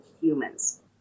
humans